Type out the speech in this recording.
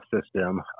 system